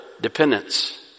dependence